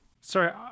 Sorry